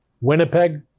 Winnipeg